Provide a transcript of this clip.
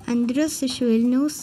andrius iš vilniaus